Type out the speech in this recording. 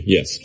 Yes